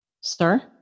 Sir